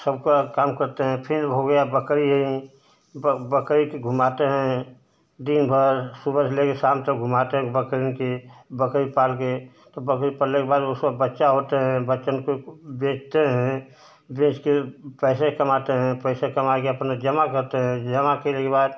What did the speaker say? सबका काम करते हैं फिर हो गई बकरी बकरी को घुमाते हैं दिनभर सुबह से लेकर शाम तक घुमाते हैं बकरिन को बकरी पालकर तो बकरी पालने के बाद वह सब बच्चा होते हैं बच्चन को बेचते हैं बेचकर पैसे कमाते हैं पैसे कमाकर अपना जमा करते हैं जमा करने के बाद